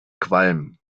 qualm